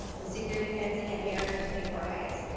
the security fencing, at mariners and newport heights.